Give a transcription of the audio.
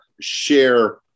share